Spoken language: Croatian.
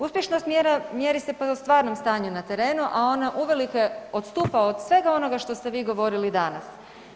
Uspješnost mjera mjeri se po stvarnom stanju na terenu, a ona uvelike odstupa od svega onoga što ste vi govorili danas.